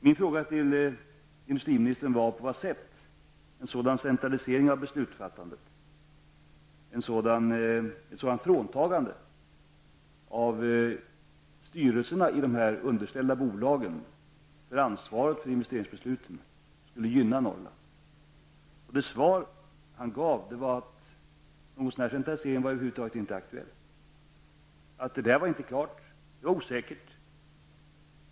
Min fråga till industriministern är alltså på vilket sätt en sådan här centralisering av beslutsfattandet -- dvs. styrelserna i de underställda bolagen fråntas ansvaret för investeringsbesluten -- skulle gynna Norrland. Det svar industriministern har gett är att någonting sådant över huvud taget inte är aktuellt, att det hela inte är klart och att det råder osäkerhet.